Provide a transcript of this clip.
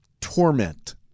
torment